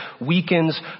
weakens